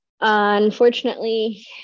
unfortunately